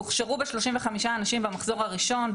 הוכשרו בה 35 אנשים במחזור הראשון.